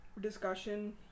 discussion